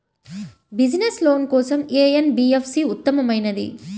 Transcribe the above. Business loan కోసం ఏ NBFC ఉత్తమమైనది?